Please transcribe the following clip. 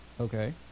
Okay